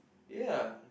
ya